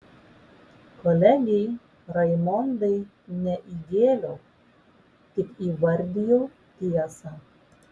kolegei raimondai ne įgėliau tik įvardijau tiesą